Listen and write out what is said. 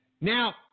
Now